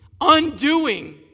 undoing